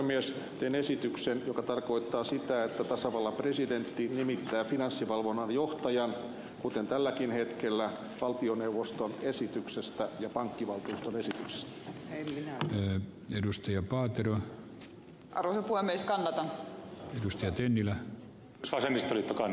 teen esityksen joka tarkoittaa sitä että tasavallan presidentti nimittää finanssivalvonnan johtajan kuten tälläkin hetkellä valtioneuvoston esityksestä ja pankkivaltuustonesitys edusti jouko autero sara huoneistoa edustaa pankkivaltuuston esityksestä